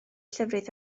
llefrith